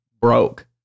broke